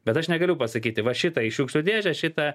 bet aš negaliu pasakyti va šitą į šiukšlių dėžę šitą